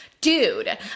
Dude